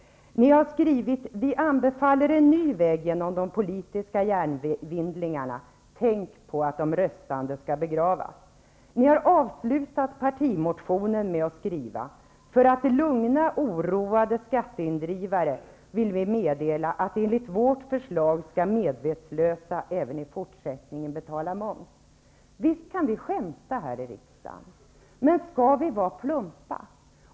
Ni skriver vidare: ''Vi anbefaller en ny väg genom de politiska hjärnvindlingarna: tänk på att alla röstande skall begravas.'' Ni har avslutat partimotionen med att skriva: ''För att lugna oroade skatteindrivare vill vi meddela att enligt vårt förslag skall medvetslösa även i fortsättningen betala moms.'' Visst kan vi skämta här i riksdagen, men skall vi vara plumpa?